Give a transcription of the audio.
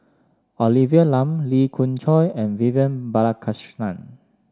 Olivia Lum Lee Khoon Choy and Vivian Balakrishnan